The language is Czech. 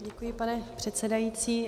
Děkuji, pane předsedající.